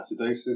acidosis